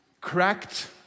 cracked